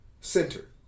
center